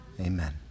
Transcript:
Amen